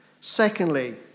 Secondly